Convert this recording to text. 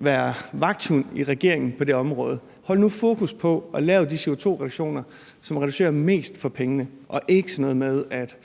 være vagthund i regeringen på det område. Hold nu fokus på at få lavet de CO2-reduktioner, som reducerer mest for pengene, og ikke på sådan noget med, at